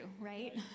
right